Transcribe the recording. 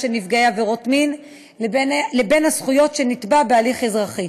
של נפגעי עבירות מין לבין הזכויות של נתבע בהליך אזרחי.